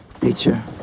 teacher